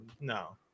No